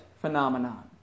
phenomenon